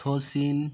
Sachin